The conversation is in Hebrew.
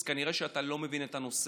אז כנראה אתה לא מבין את הנושא.